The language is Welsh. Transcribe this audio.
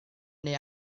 neu